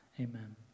Amen